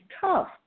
tough